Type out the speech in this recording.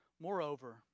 Moreover